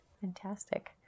fantastic